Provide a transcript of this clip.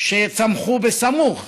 שצמחו סמוך